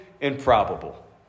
improbable